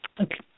Okay